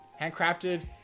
handcrafted